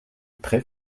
trés